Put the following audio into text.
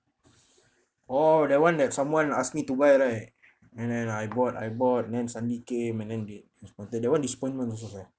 oh that one that someone asked me to buy right and then I bought I bought then suddenly came and then they disappointed that one disappoint also ah